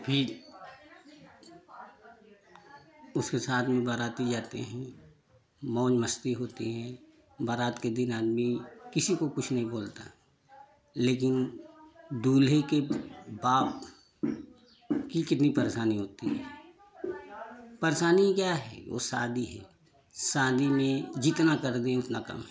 फिर उसके साथ में बाराती जाते हैं मौज मस्ती होती हैं बारात के दिन आदमी किसी को कुछ नहीं बोलता लेकिन दूल्हे के बाप की कितनी परेशानी होती है परेशानी क्या है वो शादी है शादी में जितना कर दे उतना कम है